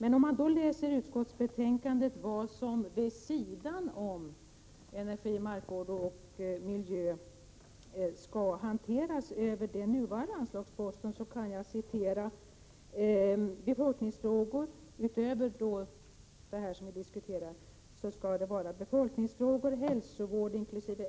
Enligt utskottsbetänkandet skall— vid sidan av energifrågor och markoch miljövård — också följande saker hanteras över den nuvarande anslagsposten: befolkningsfrågor, hälsovård inkl.